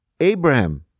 Abraham